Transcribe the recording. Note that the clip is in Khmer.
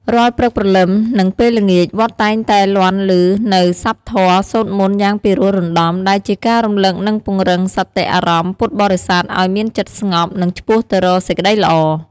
រាល់ព្រឹកព្រលឹម និងពេលល្ងាច វត្តតែងតែលាន់ឮនូវស័ព្ទធម៌សូត្រមន្តយ៉ាងពីរោះរណ្ដំ ដែលជាការរំលឹក និងពង្រឹងសតិអារម្មណ៍ពុទ្ធបរិស័ទឲ្យមានចិត្តស្ងប់ និងឆ្ពោះទៅរកសេចក្តីល្អ។